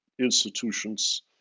institutions